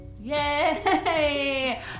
Yay